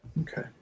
Okay